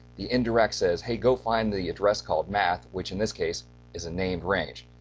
the indirect says hey, go find the address called math! which in this case is a named range.